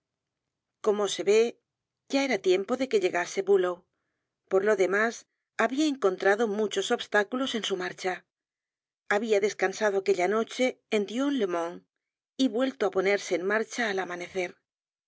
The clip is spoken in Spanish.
como se ve ya era tiempo de que llegase bulow por lo demás habia encontrado muchos obstáculos en su marcha habia descansado aquella noche en dion le mont y vuelto á ponerse en marcha al amanecer